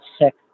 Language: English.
sick